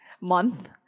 Month